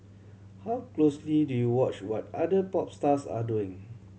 how closely do you watch what other pop stars are doing